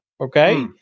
Okay